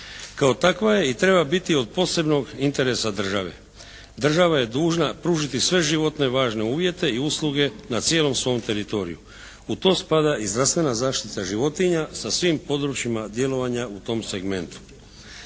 Kao takva je i treba biti od posebnog interesa države. Država je dužna pružiti sve životne važne uvjete i usluge na cijelom svom teritoriju. U to spada i zdravstvena zaštita životinja sa svim područjima djelovanja u tom segmentu.